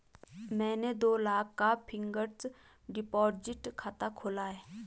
मैंने दो लाख का फ़िक्स्ड डिपॉज़िट खाता खोला